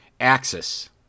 Axis